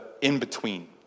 in-between